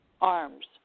arms